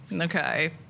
Okay